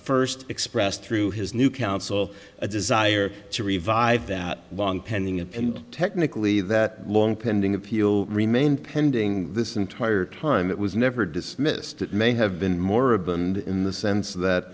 first expressed through his new counsel a desire to revive that long pending and technically that long pending appeal remained pending this entire time that was never dismissed it may have been moribund in the sense